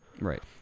Right